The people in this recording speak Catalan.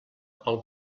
pel